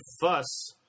fuss